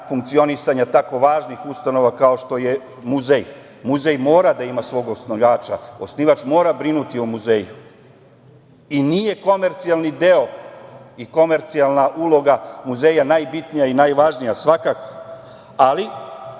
funkcionisanja tako važnih ustanova, kao što je muzej. Muzej mora da ima svog osnivača. Osnivač mora brinuti o muzeju. Nije komercijalni deo i komercijalna uloga muzeja najbitnija i najvažnija svakako, ali